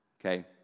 okay